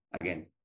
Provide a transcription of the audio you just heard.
again